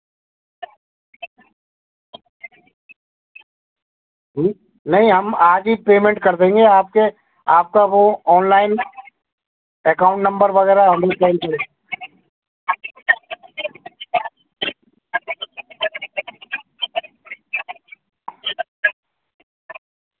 नहीं हम आज ही पेमेंट कर देंगे आपके आपका वो ऑनलाइन अकाउंट नंबर वगैरह हमें